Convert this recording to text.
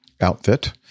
outfit